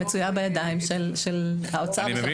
ההחלטה מצויה בידיים של האוצר ושל החשב הכללי.